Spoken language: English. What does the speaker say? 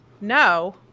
no